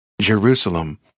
Jerusalem